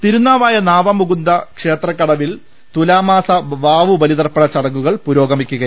തിരുനാവായ നാവമുകുന്ദക്ഷേത്ര കടവിൽ തുലാമാസ വാവുബലിതർപ്പണ ചടങ്ങകൾ പുരോഗമി ക്കുന്നു